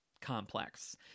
complex